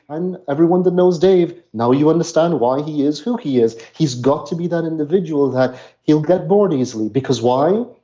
and everyone that knows dave, now you understand why he is who he is. he's got to be that individual that he'll get bored easily because why?